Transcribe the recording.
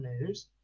news